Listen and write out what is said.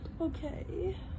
Okay